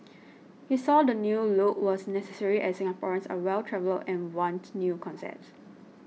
he says the new look was necessary as Singaporeans are well travelled and want new concepts